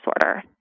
disorder